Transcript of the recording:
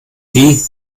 die